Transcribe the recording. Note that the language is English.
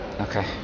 Okay